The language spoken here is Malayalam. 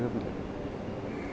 തീർന്നില്ലേ